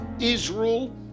Israel